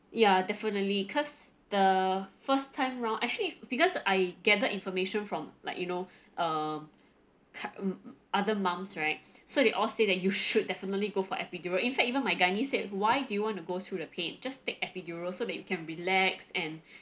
ya definitely cause the first time round actually because I gathered information from like you know um coup~ m~ other mums right so they all say that you should definitely go for epidural in fact even my gynae said why do you want to go through the pain just take epidural so that you can relax and